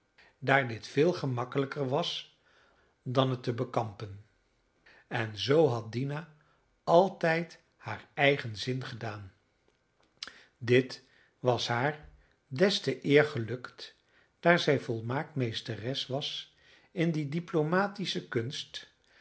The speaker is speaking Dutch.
daar dit veel gemakkelijker was dan het te bekampen en zoo had dina altijd haar eigen zin gedaan dit was haar des te eer gelukt daar zij volmaakt meesteres was in die diplomatische kunst